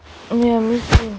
ya me too